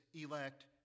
elect